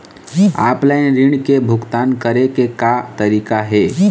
Offline ऋण के भुगतान करे के का तरीका हे?